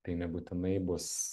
tai nebūtinai bus